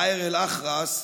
מאהר אל-אח'רס,